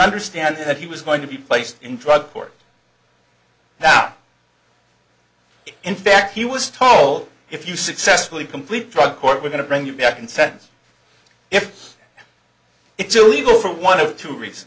understanding that he was going to be placed in drug court that in fact he was told if you successfully complete drug court we're going to bring you back and sentence if it's illegal for one of two reasons